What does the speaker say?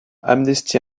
amnesty